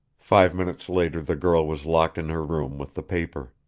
five minutes later the girl was locked in her room with the paper.